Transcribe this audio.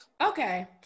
Okay